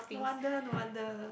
no wonder no wonder